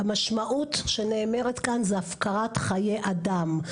המשמעות שנאמת כאן זה הפקרת חיי אדם.